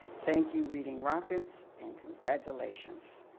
thank you reading rockets and congratulations.